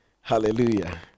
Hallelujah